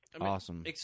Awesome